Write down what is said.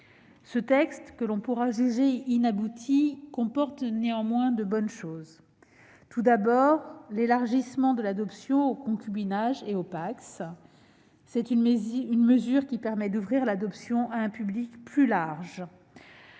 Ce texte, que l'on pourra juger inabouti, comporte néanmoins de bonnes mesures. Tout d'abord, l'élargissement de l'adoption au concubinage et au PACS permet d'ouvrir l'adoption à un public plus large.